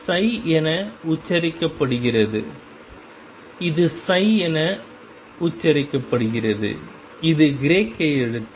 இது சை என உச்சரிக்கப்படுகிறது இது சை என உச்சரிக்கப்படுகிறது இது கிரேக்க எழுத்து